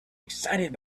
excited